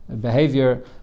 behavior